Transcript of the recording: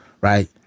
right